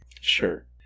sure